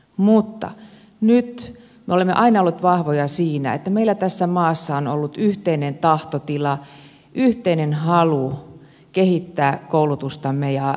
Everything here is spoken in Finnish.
mutta me olemme aina olleet vahvoja siinä että meillä tässä maassa on ollut yhteinen tahtotila yhteinen halu kehittää koulutustamme